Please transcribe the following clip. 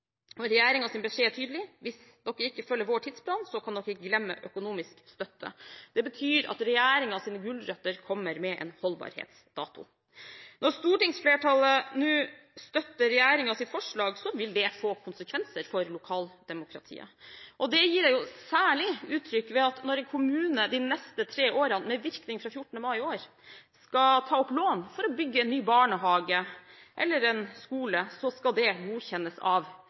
beskjed er tydelig: Hvis dere ikke følger vår tidsplan, kan dere glemme økonomisk støtte. Det betyr at regjeringens gulrøtter kommer med en holdbarhetsdato. Når stortingsflertallet nå støtter regjeringens forslag, vil det få konsekvenser for lokaldemokratiet. Det gir seg særlig uttrykk ved at når en kommune de neste tre årene – med virkning fra 14. mai i år – skal ta opp lån for å bygge en barnehage eller en skole, skal det godkjennes av